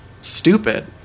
stupid